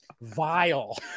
vile